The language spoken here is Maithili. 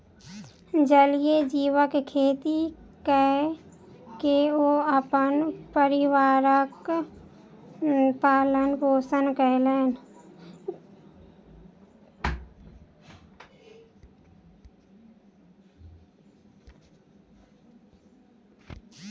जलीय जीवक खेती कय के ओ अपन परिवारक पालन पोषण कयलैन